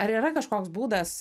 ar yra kažkoks būdas